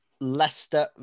Leicester